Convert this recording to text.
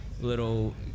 little